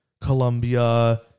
Colombia